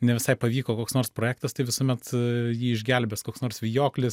ne visai pavyko koks nors projektas tai visuomet jį išgelbės koks nors vijoklis